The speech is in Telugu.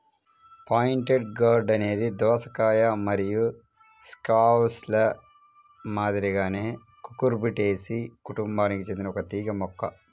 పాయింటెడ్ గార్డ్ అనేది దోసకాయ మరియు స్క్వాష్ల మాదిరిగానే కుకుర్బిటేసి కుటుంబానికి చెందిన ఒక తీగ మొక్క